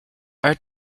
are